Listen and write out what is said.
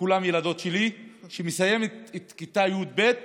וכולן ילדות שלי, שמסיימת את כיתה י"ב